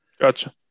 Gotcha